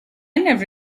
never